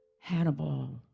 Hannibal